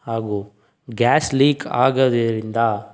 ಹಾಗು gas leak ಆಗೋದರಿಂದ